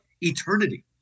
eternity